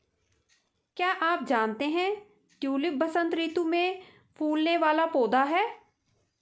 क्या आप जानते है ट्यूलिप वसंत ऋतू में फूलने वाला पौधा है